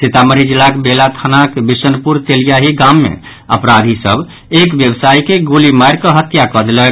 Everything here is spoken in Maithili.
सीतामढ़ी जिलाक बेला थानाक विशनपुर तेलियाही गाम मे अपराधी सभ एक व्यवसायी के गोली मारि कऽ हत्या कऽ देलक